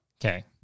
okay